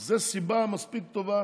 אז זו סיבה מספיק טובה